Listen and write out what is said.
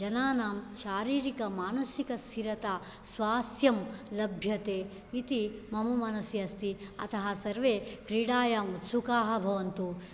जनानां शरीरकमानसिकस्थिरता स्वास्थ्यं लभ्यते इति मम मनसि अस्ति अतः सर्वे क्रीडायाम् उत्सुकाः भवन्तु